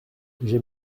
j’ai